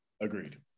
agreed